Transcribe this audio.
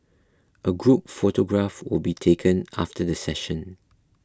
a group photograph will be taken after the session